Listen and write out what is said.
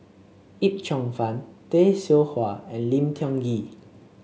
Yip Cheong Fun Tay Seow Huah and Lim Tiong Ghee